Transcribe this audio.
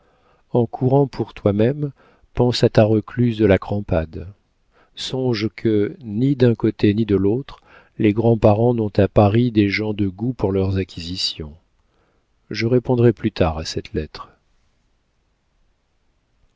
en courant pour toi-même pense à ta recluse de la crampade songe que ni d'un côté ni de l'autre les grands-parents n'ont à paris des gens de goût pour leurs acquisitions je répondrai plus tard à cette lettre